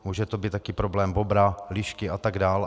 Může to být taky problém bobra, lišky a tak dál.